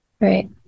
Right